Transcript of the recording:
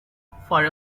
for